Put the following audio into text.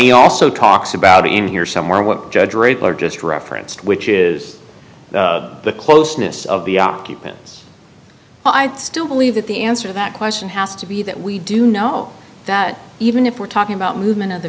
he also talks about in here somewhere what judge regular just referenced which is the closeness of the occupants but i still believe that the answer that question has to be that we do know that even if we're talking about movement of the